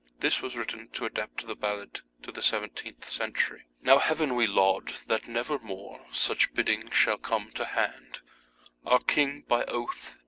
this was written to adapt the ballad to the seventeenth century. now heaven we laude that never more such biding shall come to hand our king, by othe,